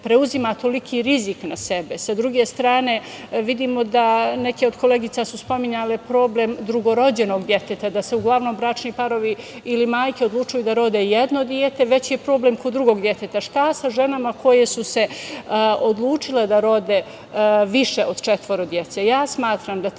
preuzima toliki rizik na sebe, s druge strane vidimo da neke od koleginica su spominjale problem drugorođenog deteta, da se uglavnom bračni parovi ili majke odlučuju da rode jedno dete, već je problem kod drugog deteta, šta sa ženama koje su se odlučile da rode više od četvoro dece? Ja smatram da te